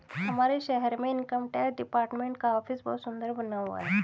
हमारे शहर में इनकम टैक्स डिपार्टमेंट का ऑफिस बहुत सुन्दर बना हुआ है